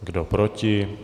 Kdo proti?